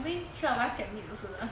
I mean three of us can meet also lah